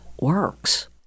works